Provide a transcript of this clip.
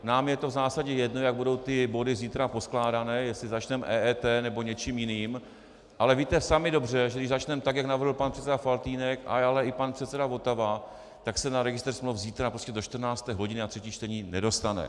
Nám je v zásadě jedno, jak budou ty body zítra poskládané, jestli začneme EET, nebo něčím jiným, ale víte sami dobře, že když začneme tak, jak navrhl pan předseda Faltýnek, ale i pan předseda Votava, tak se na registr smluv zítra prostě do 14. hodiny, na třetí čtení, nedostane.